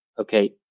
Okay